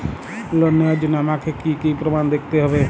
Loan নেওয়ার জন্য আমাকে কী কী প্রমাণ দেখতে হবে?